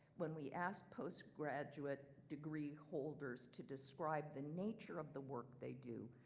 when we ask postgraduate degree holders to describe the nature of the work they do,